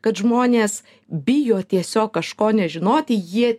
kad žmonės bijo tiesiog kažko nežinoti jie